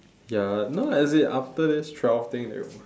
ya no as in after this twelve thing